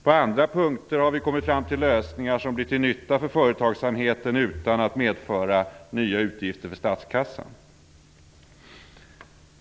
På andra punkter har vi kommit fram till lösningar som blir till nytta för företagsamheten utan att medföra nya utgifter för statskassan.